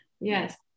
yes